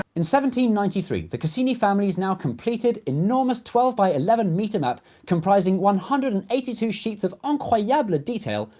in one ninety three, the cassini family's now completed, enormous, twelve by eleven metre map comprising one hundred and eighty two sheets of incroyable detail,